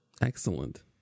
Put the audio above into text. Excellent